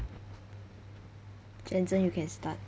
janson you can start